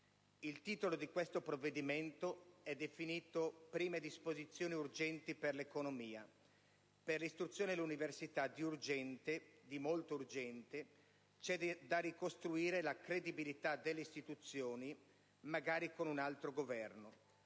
i giovani! Questo provvedimento reca nel titolo: «Prime disposizioni urgenti per l'economia». Per l'istruzione e l'università di molto urgente c'è da ricostruire la credibilità delle istituzioni, magari con un altro Governo.